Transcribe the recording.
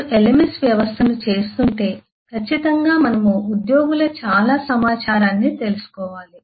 మీరు LMS వ్యవస్థను చేస్తుంటే ఖచ్చితంగా మనము ఉద్యోగుల చాలా సమాచారాన్ని తెలుసుకోవాలి